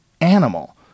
animal